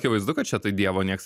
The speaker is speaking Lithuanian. akivaizdu kad čia tai dievo nieks